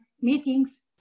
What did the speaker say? meetings